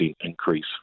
increase